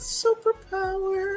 superpower